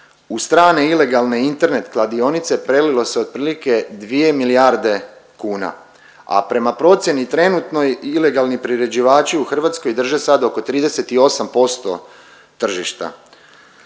u strane ilegalne internet kladionice prelilo se otprilike 2 milijarde kuna, a prema procjeni trenutnoj ilegalni priređivači u Hrvatskoj drže sad oko 38% tržišta.